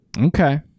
Okay